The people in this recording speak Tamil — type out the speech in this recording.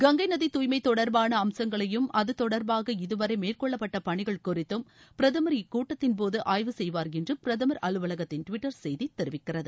கங்கை நதி தூய்மை தொடர்பான அம்சங்களையும் அது தொடர்பாக இதுவரை மேற்கொள்ளப்பட்ட பணிகள் குறித்தும் பிரதமர் இக்கூட்டத்தின் போது ஆய்வு செய்வார் என்று பிரதமர் அலுவலகத்தின் டிவிட்டர் செய்தி தெரிவிக்கிறது